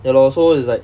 ya lor so it's like